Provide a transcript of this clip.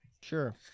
Sure